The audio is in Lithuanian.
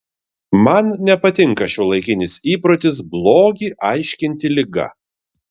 man nepatinka šiuolaikinis įprotis blogį aiškinti liga